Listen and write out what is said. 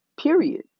period